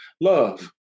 love